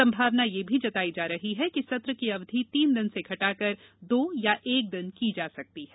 संभावना यह भी जताई जा रही है कि सत्र की अवधि तीन दिन से घटाकर दो या एक दिन की जा सकती है